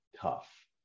Tough